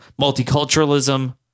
multiculturalism